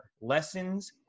Lessons